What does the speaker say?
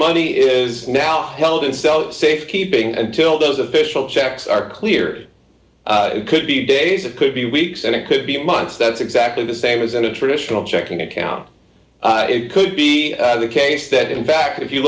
money is now tell to sell safekeeping until those official checks are cleared it could be days it could be weeks and it could be months that's exactly the same as in a traditional checking account it could be the case that in fact if you